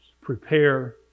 prepare